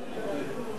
לא.